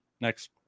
next